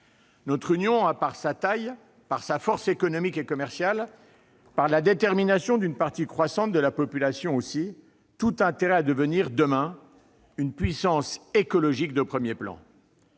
Notre Union a, par sa taille, par sa force économique et commerciale, par la détermination d'une partie croissante de sa population aussi, tout intérêt à devenir, demain, une puissance écologique de premier plan.